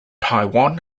taiwan